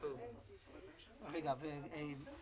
אנחנו